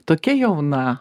tokia jauna